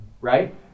Right